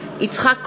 בעד יצחק כהן,